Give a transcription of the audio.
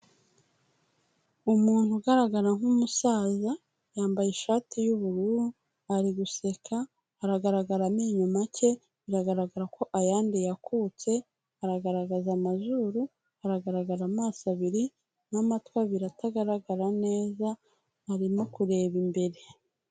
Umuntu ugaragara nk'umusaza yambaye ishati y'ubururu, ari guseka, haragaragara amenyo inyuma make, biragaragara ko ayandi yakutse, haragaragaza amazuru, haragaragara amaso abiri n'amatwi abiri atagaragara neza, arimo kureba imbere.